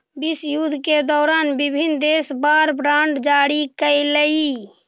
विश्वयुद्ध के दौरान विभिन्न देश वॉर बॉन्ड जारी कैलइ